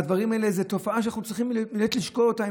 הדברים האלה הם תופעה שאנחנו צריכים באמת לשקול אותה,